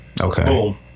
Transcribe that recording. Okay